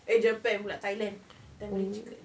eh japan pula thailand tamarind chicken